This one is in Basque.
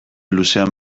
luzean